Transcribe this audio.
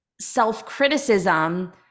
self-criticism